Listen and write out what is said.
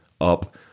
up